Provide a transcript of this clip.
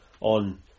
on